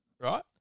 right